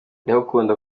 ndagukunda